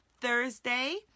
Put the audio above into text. Thursday